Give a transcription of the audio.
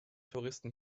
touristen